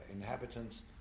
inhabitants